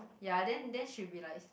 ya then then she will be like